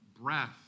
Breath